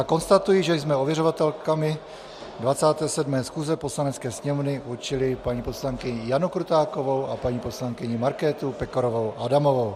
Konstatuji, že jsme ověřovatelkami 27. schůze Poslanecké sněmovny určili paní poslankyni Janu Krutákovou a paní poslankyni Markétu Pekarovou Adamovou.